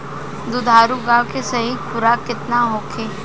दुधारू गाय के सही खुराक केतना होखे?